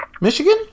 Michigan